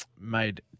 made